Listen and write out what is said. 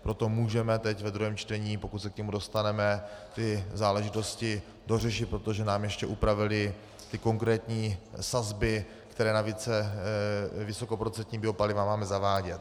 Proto můžeme teď ve druhém čtení, pokud se k němu dostaneme, ty záležitosti dořešit, protože nám ještě upravili konkrétní sazby, které na vysokoprocentní paliva máme zavádět.